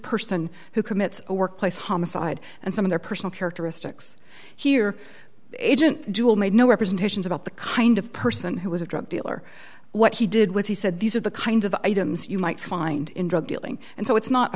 person who commits a workplace homicide and some of their personal characteristics here agent jewel made no representations about the kind of person who was a drug dealer what he did was he said these are the kinds of items you might find in drug dealing and so it's not